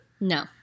No